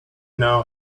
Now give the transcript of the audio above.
know